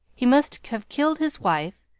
he must have killed his wife,